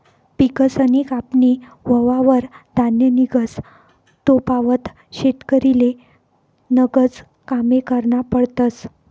पिकसनी कापनी व्हवावर धान्य निंघस तोपावत शेतकरीले गनज कामे करना पडतस